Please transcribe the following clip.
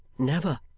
never